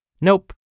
Nope